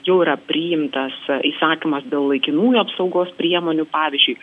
jau yra priimtas įsakymas dėl laikinųjų apsaugos priemonių pavyzdžiui